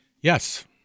Yes